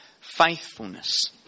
faithfulness